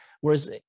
Whereas